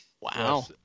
Wow